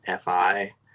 FI